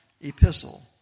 epistle